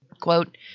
Quote